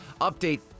update